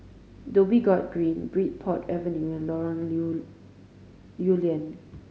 Dhoby Ghaut Green Bridport Avenue and Lorong Lew Lew Lian